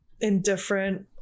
indifferent